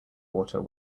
water